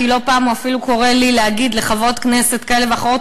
כי לא פעם הוא אפילו קורא לי להגיד לחברות כנסת כאלה ואחרות,